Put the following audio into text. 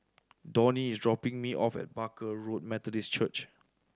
Donnie is dropping me off at Barker Road Methodist Church